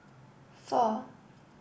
four